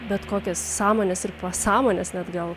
bet kokias sąmonės ir pasąmonės net gal